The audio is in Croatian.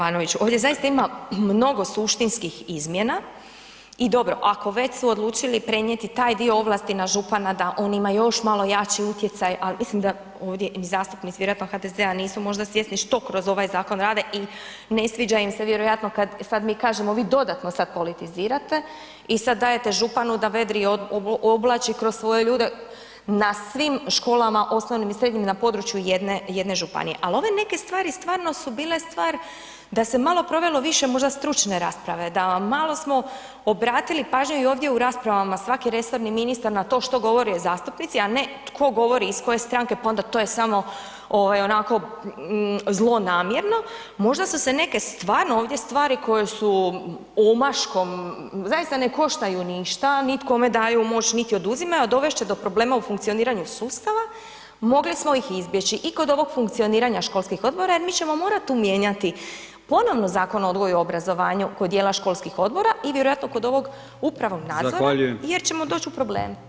Da kolega Jovanović, ovdje zaista ima mnogo suštinskih izmjena i dobro, ako već su odlučili prenijeti taj dio ovlasti na župana da on ima još malo jači utjecaj ali mislim da ovdje i zastupnici vjerojatno HDZ-a nisu možda svjesni što kroz ovaj zakon rade i ne sviđa im se vjerojatno kad sad mi kažemo vi dodatno sad politizirate i sad dajete županu da vedrije oblači kroz svoje ljude na svim školama, osnovnim i srednjim na području jedne županije ali ove neke stvari stvarno su bile stvar da se malo provelo više možda stručne rasprave, da malo smo obratili pažnju i ovdje u raspravama, svaki resorni ministar na to što govori ... zastupnici a ne tko govori iz koje stranke pa onda to je samo onako zlonamjerno, možda su se nek stvarno ovdje stvari koje su omaškom, zaista ne koštaju ništa, nit kome daju moć, niti oduzimaju a dovest će do problema u funkcioniranju sustava, mogli smo ih izbjeći i kod ovog funkcioniranja školskih odbora jer mi ćemo morat tu mijenjati ponovno Zakon o odgoju i obrazovanju kod djela školskih odbora i vjerojatno kod ovog upravnog nadzora jer ćemo doći u probleme.